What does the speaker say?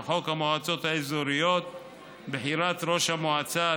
וחוק המועצות האזוריות (בחירת ראש המועצה),